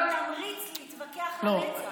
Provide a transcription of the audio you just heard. זה נותן תמריץ להתווכח לנצח.